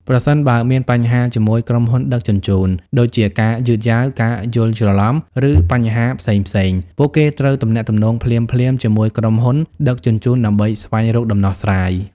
ប្រសិនបើមានបញ្ហាជាមួយក្រុមហ៊ុនដឹកជញ្ជូន ដូចជាការយឺតយ៉ាវ ការយល់ច្រឡំ ឬបញ្ហាផ្សេងៗ ពួកគេត្រូវទំនាក់ទំនងភ្លាមៗជាមួយក្រុមហ៊ុនដឹកជញ្ជូនដើម្បីស្វែងរកដំណោះស្រាយ។